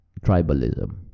Tribalism